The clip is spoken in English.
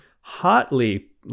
hotly